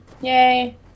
Yay